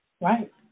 Right